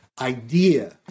idea